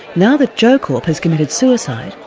now that joe korp has committed suicide,